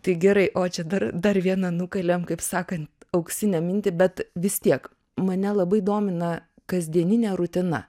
tai gerai o čia dar dar vieną nukalėm kaip sakant auksinę mintį bet vis tiek mane labai domina kasdieninė rutina